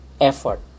effort